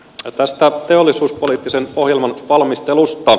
tästä teollisuuspoliittisen ohjelman valmistelusta